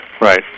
right